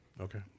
Okay